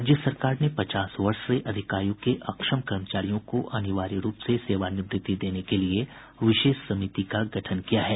राज्य सरकार ने पचास वर्ष से अधिक आय् के अक्षम कर्मचारियों को अनिवार्य रूप से सेवानिवृत्ति देने के लिये विशेष समिति का गठन किया है